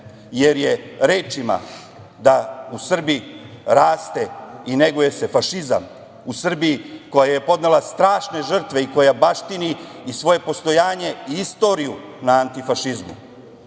jer je rečima da u Srbiji raste i neguje se fašizam, u Srbiji koja je podnela strašne žrtve i koja baštini i svoje postojanje i istoriju na antifašizmu,